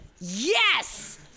Yes